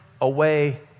away